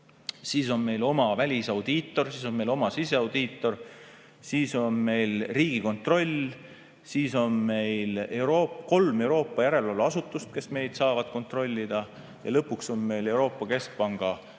Siis on meil oma välisaudiitor, siis on meil oma siseaudiitor, siis on meil Riigikontroll, siis on meil kolm Euroopa järelevalveasutust, kes meid saavad kontrollida, ja lõpuks on meil Euroopa Keskpanga